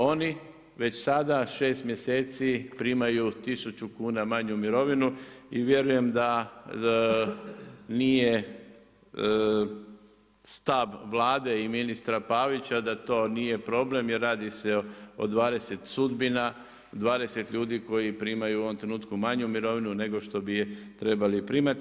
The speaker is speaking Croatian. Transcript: Oni već sada šest mjeseci primaju 1000 kuna manju mirovinu i vjerujem da nije stav Vlade i ministra Pavića da to nije problem, jer radi se o 20 sudbina, 20 ljudi koji primaju u ovom trenutku manju mirovinu nego što bi je trebali primati.